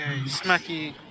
smacky